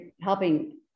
helping